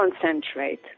concentrate